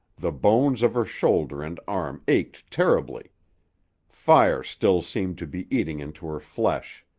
the bones of her shoulder and arm ached terribly fire still seemed to be eating into her flesh.